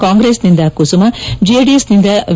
ಕಾಂಗ್ರೆಸ್ನಿಂದ ಕುಸುಮ ಹಾಗೂ ಜೆಡಿಎಸ್ನಿಂದ ವಿ